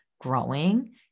growing